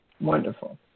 wonderful